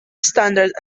standard